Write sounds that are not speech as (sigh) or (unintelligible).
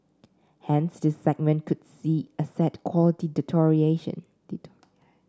hence this segment could see asset quality deterioration (unintelligible)